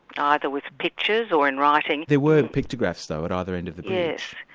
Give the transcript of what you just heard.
ah either with pictures or in writing. there were picturegraphs though, at either end of the bridge.